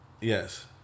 yes